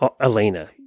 Elena